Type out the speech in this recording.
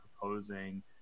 proposing